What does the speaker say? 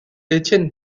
étienne